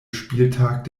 spieltag